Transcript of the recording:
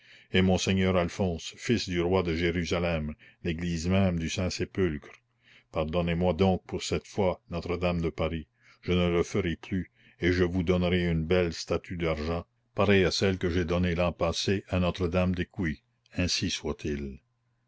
et monsieur alphonse fils du roi de jérusalem l'église même du saint sépulcre pardonnez-moi donc pour cette fois notre-dame de paris je ne le ferai plus et je vous donnerai une belle statue d'argent pareille à celle que j'ai donnée l'an passé à notre-dame d'écouys ainsi soit-il